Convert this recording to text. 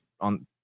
on